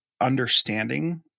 understanding